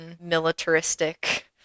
militaristic